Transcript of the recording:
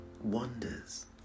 wonders